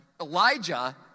Elijah